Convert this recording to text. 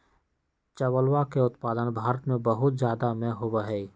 चावलवा के उत्पादन भारत में बहुत जादा में होबा हई